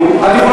החוק.